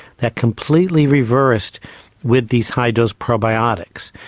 that completely reversed with these high dose probiotics.